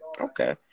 Okay